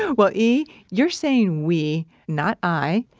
yeah well e, you're saying we, not i.